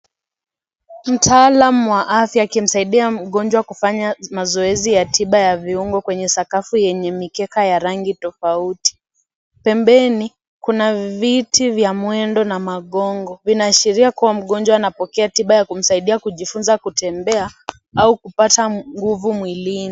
Mtaalamu wa afya, akimsaidia mgonjwa kufanya mazoezi ya tiba ya viungo kwenye sakafu yenye mikeka ya rangi tofauti. Pembeni, kuna viti vya mwendo na magongo. Vinaashiria kuwa, mgonjwa anapokea tiba ya kusaidia kujifunza kutembea au kupata nguvu mwilini.